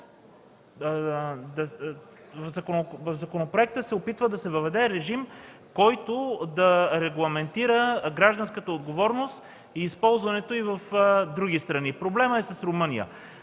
законопроекта се прави опит да се въведе режим, който да регламентира гражданската отговорност и използването й в други страни. Проблемът е с Румъния.